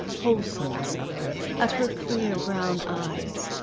wholesomeness of her, at her clear brown eyes,